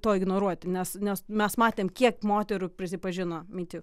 to ignoruoti nes nes mes matėm kiek moterų prisipažino me too